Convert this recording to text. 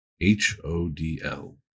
H-O-D-L